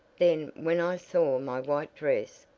then when i saw my white dress,